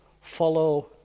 Follow